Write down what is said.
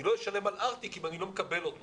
אני לא אשלם על ארטיק אם אני לא מקבל אותו